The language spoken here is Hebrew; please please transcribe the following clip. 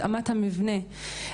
התאמת המבנה.